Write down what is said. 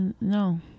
No